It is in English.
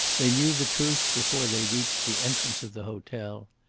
they knew the truth before they reached the entrance of the hotel.